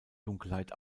dunkelheit